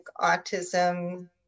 autism